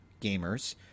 gamers